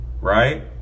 Right